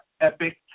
EPIC